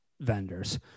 vendors